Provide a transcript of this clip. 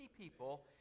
people